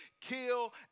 kill